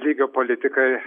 lygio politikai